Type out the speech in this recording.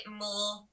more